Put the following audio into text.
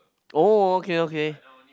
oh okay okay